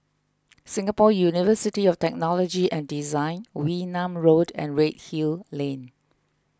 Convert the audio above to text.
Singapore University of Technology and Design Wee Nam Road and Redhill Lane